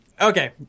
Okay